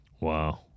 Wow